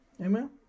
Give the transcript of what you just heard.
Amen